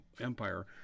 empire